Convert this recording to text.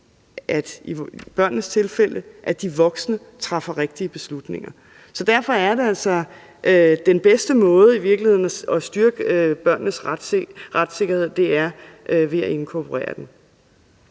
er afhængige af, at de voksne træffer rigtige beslutninger. Så derfor er det altså den bedste måde at styrke børnenes retssikkerhed på, nemlig at inkorporere den.